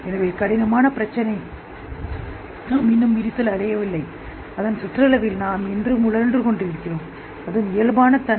எனவே கடினமான பிரச்சினை நாம் இன்னும் விரிசல் அடையவில்லை அதன் சுற்றளவில் நாம் என்ன நகர்கிறோம் அதன் இயல்பான தன்மை